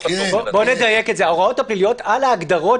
--- בואו נדייק את זה: ההוראות הפליליות על ההגדרות